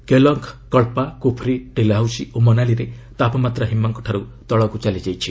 କେଲଙ୍ଗ କଳ୍ପା କୁଫ୍ରି ଡେଲ୍ହାଉସି ଓ ମନାଲିରେ ତାପମାତ୍ରା ହିମାଙ୍କଠାରୁ ତଳକୁ ଚାଲିଯାଇଛି